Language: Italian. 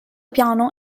piano